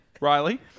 Riley